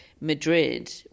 Madrid